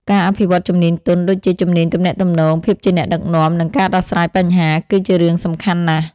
ការអភិវឌ្ឍជំនាញទន់ដូចជា ជំនាញទំនាក់ទំនង ភាពជាអ្នកដឹកនាំ និងការដោះស្រាយបញ្ហា គឺជារឿងសំខាន់ណាស់។